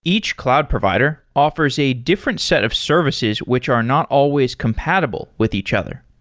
each cloud provider offers a different set of services which are not always compatible with each other.